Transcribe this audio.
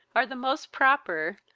are the most proper,